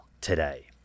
today